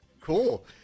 Cool